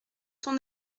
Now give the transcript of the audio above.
ton